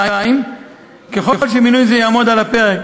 2. ככל שמינוי זה יעמוד על הפרק,